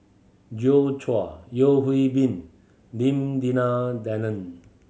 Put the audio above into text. Joi Chua Yeo Hwee Bin Lim Denan Denon